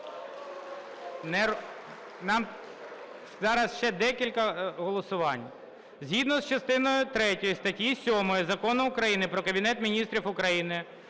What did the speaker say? Згідно з частиною третьою статті 7 Закону України "Про Кабінет Міністрів України"